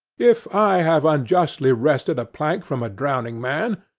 if i have unjustly wrested a plank from a drowning man,